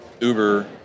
Uber